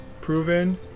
proven